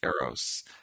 eros